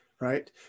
right